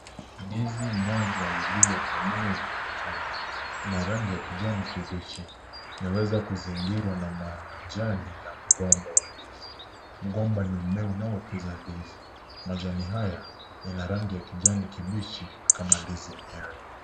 Ndizi moja iliyokomaa inaonekana. Ina rangi ya kijani kibichi. Yaweza kuzingirwa na majani ya mgomba wa ndizi. Mgomba ni mmea unaozaa ndizi. Majani haya yana rangi ya kijani kibichi kama ndizi yenyewe.